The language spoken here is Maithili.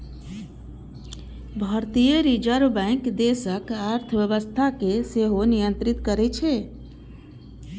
भारतीय रिजर्व बैंक देशक अर्थव्यवस्था कें सेहो नियंत्रित करै छै